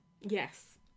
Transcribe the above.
Yes